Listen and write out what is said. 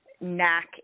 knack